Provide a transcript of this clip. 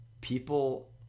people –